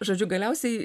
žodžiu galiausiai